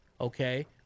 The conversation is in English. Okay